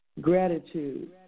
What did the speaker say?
Gratitude